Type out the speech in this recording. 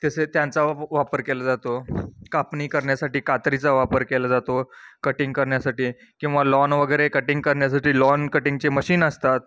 तसे त्यांचा व वापर केला जातो कापणी करण्यासाठी कात्रीचा वापर केला जातो कटिंग करण्यासाठी किंवा लॉन वगैरे कटिंग करण्यासाठी लॉन कटिंगचे मशीन असतात